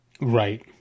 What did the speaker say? Right